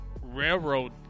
railroad